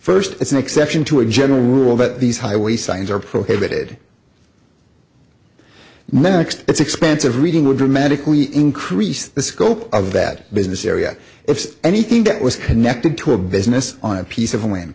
first as an exception to a general rule that these highway signs are prohibited next it's expensive reading would dramatically increase the scope of that business area if anything that was connected to a business on a piece of land